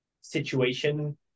situation